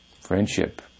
Friendship